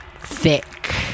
thick